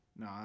No